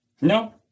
No